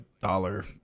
dollar